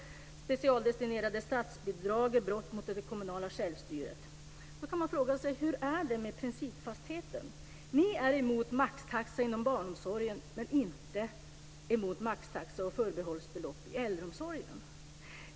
Specialdestinerade statsbidrag är brott mot det kommunala självstyret. Då kan man fråga sig: Hur är det med principfastheten? Ni är emot maxtaxa inom barnomsorgen men inte emot maxtaxa och förbehållsbelopp i äldreomsorgen.